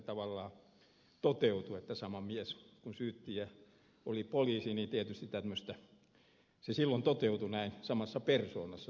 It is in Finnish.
siinähän se tavallaan toteutui että kun syyttäjä oli poliisi niin tietysti se silloin toteutui näin samassa persoonassa